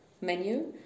menu